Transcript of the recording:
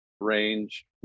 range